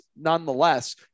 nonetheless